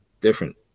different